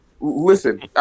Listen